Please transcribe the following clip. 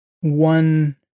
one